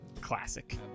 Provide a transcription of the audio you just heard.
classic